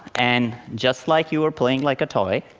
and just like you are playing like a toy,